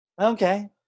okay